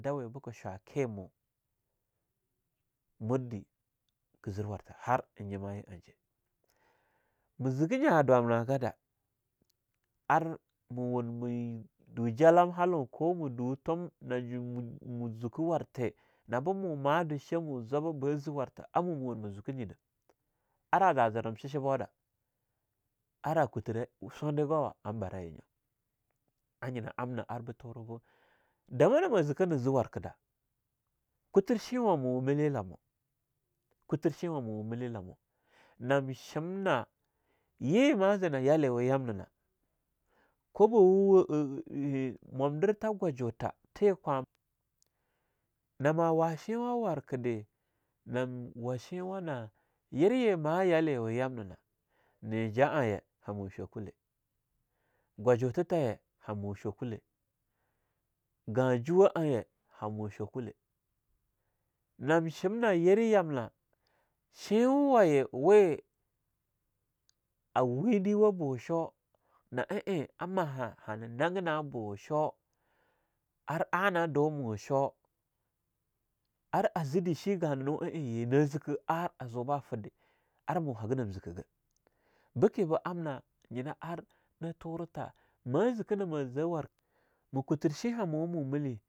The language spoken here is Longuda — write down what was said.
Dawe beke shwake mo murde kezir wartha har en nyima ya anje, me zigee nya dwamna gadah, ar me wun me du jalam halun ko me du tum wun me zuke warte nabu ma du shamu zwaba ba ze wartha, a mu ma wun ma zuke nyi dah, ara za zirem shishibodah ara kuthera sundigawa am bara ye nyo a nyina amna ar bah turu bu damana ma zika na ze warthe da kutur sheinwa muwu milyelamo, kutir sheinwamu milyeiamo nam shim na ye ma zee na yalewu yam nana, kwabawa mwamdirtha gwajuta, tee kwa... Na ma washiwa warke de nam washeinwa na yeriye ma yaliwa yam nana, ne ja'a ye hamu chukwule, gwajutha taye hamu chokule, gan juwa aye hamu chokule, nam shimna yereyamna sheinwawa ye we a windewa bu sho, na'a ein a maha hana nagina bu sho ar ana du mo sho ar a zede shi gananu ein ye na zikah a azu bah fideh armo haga nam zike ga bike be amna nyina ar na tura ta mazikah nama zah wark... makuter sheihamuwa mu mile.